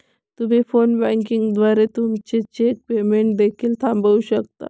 तुम्ही phone banking द्वारे तुमचे चेक पेमेंट देखील थांबवू शकता